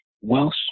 Welsh